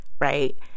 right